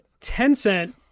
tencent